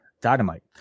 Dynamite